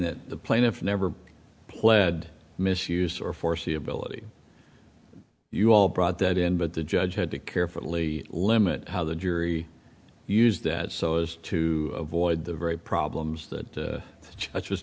that the plaintiff never pled misuse or foreseeability you all brought that in but the judge had to carefully limit how the jury used that so as to avoid the very problems that